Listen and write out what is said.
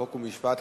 חוק ומשפט,